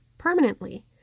permanently